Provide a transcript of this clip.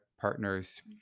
partners